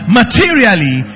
materially